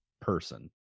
person